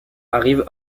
arrivent